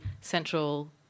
central